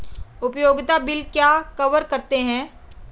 उपयोगिता बिल क्या कवर करते हैं?